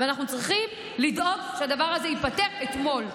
אנחנו צריכים לדאוג שהדבר הזה ייפתר אתמול.